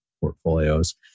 portfolios